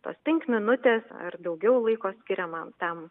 tos penkminutės ar daugiau laiko skiriama tam